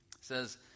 says